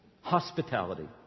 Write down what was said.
Hospitality